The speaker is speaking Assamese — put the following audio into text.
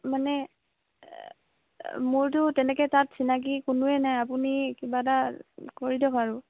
মানে মোৰটো তেনেকৈ তাত চিনাকি কোনোৱে নাই আপুনি কিবা এটা কৰি দিয়ক আৰু